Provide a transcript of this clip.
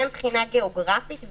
גם מבחינה גיאוגרפית.